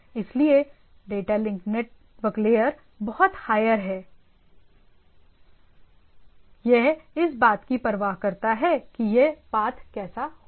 इसलिए data link network layer बहुत higher है यह इस बात की परवाह करता है कि यह पाथ कैसा होगा